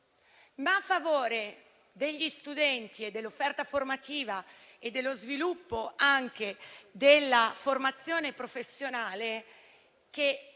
Ma a favore degli studenti, dell'offerta formativa e dello sviluppo anche della formazione professionale, che